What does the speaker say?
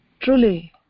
truly